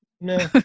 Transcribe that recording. No